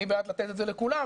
אני בעד לתת את זה לכולם,